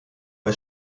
bei